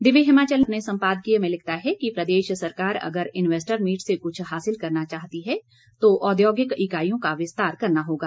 दिव्य हिमाचल अपने संपादकीय में लिखता है कि प्रदेश सरकार अगर इन्वेस्टर मीट से कुछ हासिल करना चाहती है तो औद्योगिक इकाइयों का विस्तार करना होगा